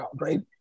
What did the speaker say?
right